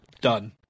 Done